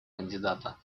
кандидата